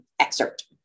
excerpt